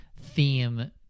theme